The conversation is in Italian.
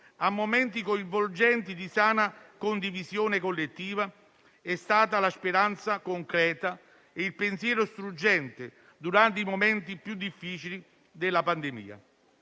momenti coinvolgenti di sana condivisione collettiva, è stata la speranza concreta e il pensiero struggente durante i momenti più difficili della pandemia.